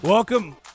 Welcome